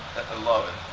i love it.